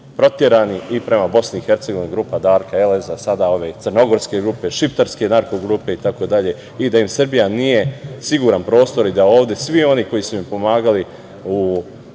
proterani, i prema BiH grupa Darka Eleza, sada ove crnogorske grupe, šiptarske narko grupe itd, i da im Srbija nije siguran prostor i da ovde svi oni koji su im pomagali u